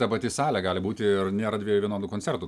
ta pati salė gali būti ir nėra dviejų vienodų koncertų